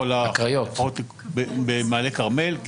במעלה כרמל.